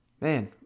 man